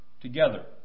together